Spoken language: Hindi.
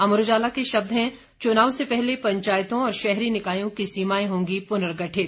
अमर उजाला के शब्द हैं चुनाव से पहले पंचायतों और शहरी निकायों की सीमाएं होगी पुनर्गठित